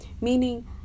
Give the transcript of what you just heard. meaning